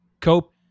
Cope